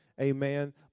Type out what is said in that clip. Amen